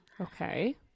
Okay